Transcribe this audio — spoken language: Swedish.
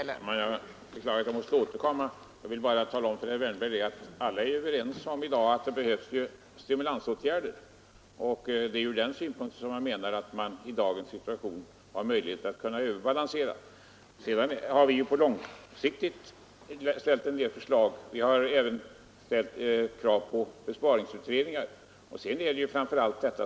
Fru talman! Jag beklagar att jag måste återkomma. Jag vill bara tala om för herr Wärnberg att alla är överens om att det behövs stimulansåtgärder, och det är ur den synpunkten jag menar att man i dagens situation har möjligheter att underbalansera. Men vi har också lagt fram en del förslag på lång sikt, och vi har ställt krav på besparingsutredningar.